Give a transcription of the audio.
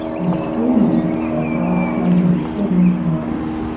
and between them they drive-stun him seven times.